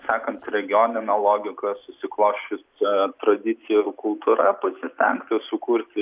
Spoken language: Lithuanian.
sakant regionine logika susiklosčiusia tradicija ir kultūra pasistengti sukurti